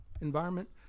environment